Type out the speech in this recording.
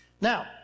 Now